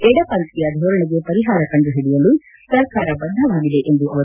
ಎಡಪಂಥೀಯ ಧೋರಣೆಗೆ ಪರಿಹಾರ ಕಂಡು ಹಿಡಿಯಲು ಸರ್ಕಾರ ಬದ್ದವಾಗಿದೆ ಎಂದರು